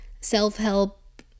self-help